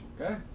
Okay